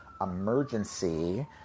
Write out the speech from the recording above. emergency